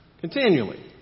Continually